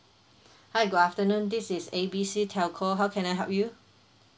hi good afternoon this is A B C telco how can I help you